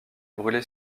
brûlée